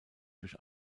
durch